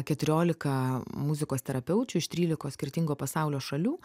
keturiolika muzikos terapeučių iš trylikos skirtingų pasaulio šalių